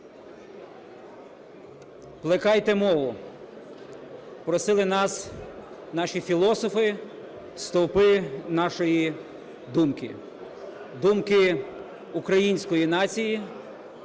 "Плекайте мову", - просили нас наші філософи, стовпи нашої думки, думки української нації,